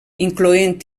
incloent